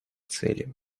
цели